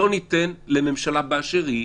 לא ניתן לממשלה, באשר היא,